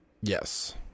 Yes